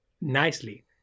nicely